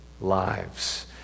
lives